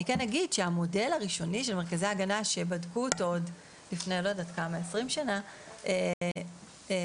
אני כן אגיד שהמודל הראשוני של מרכזי ההגנה שבדקו לפני 20 שנה נסעו